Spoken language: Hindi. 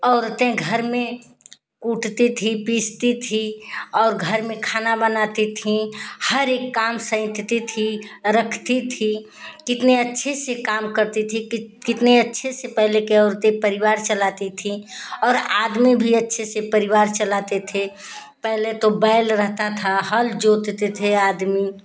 औरतें घर में कूटती थीं पीसती थीं और घर में खाना बनाती थीं हर एक काम सैँतती थीं रखती थीं कितने अच्छे से काम करती थीं कितने अच्छे से पहले की औरत पहले परिवार चलाती थी और आदमी भी अच्छे से परिवार चलाते थे पहले तो बैल रहते थे हल जोतते थे आदमी